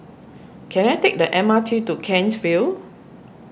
can I take the M R T to Kent's Vale